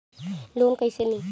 Loan कईसे ली?